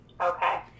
Okay